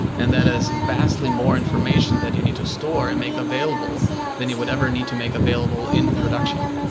and that is vastly more information that you need to store and make available than you would ever need to make available in production.